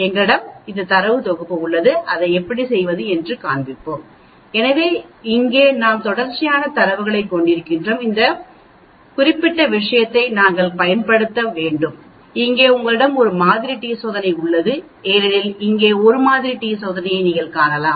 எங்களிடம் இந்த தரவு தொகுப்பு உள்ளது இதை எப்படி செய்வது என்று காண்பிப்பேன் எனவே இங்கே நாம் தொடர்ச்சியான தரவைக் கொண்டிருக்கிறோம் இந்த குறிப்பிட்ட விஷயத்தை நாங்கள் பயன்படுத்த வேண்டும் இங்கே உங்களிடம் ஒரு மாதிரி டி சோதனை உள்ளது ஏனெனில் இங்கே ஒரு மாதிரி டி சோதனையை நீங்கள் காணலாம்